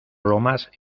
lomas